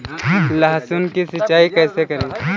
लहसुन की सिंचाई कैसे करें?